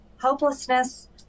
Hopelessness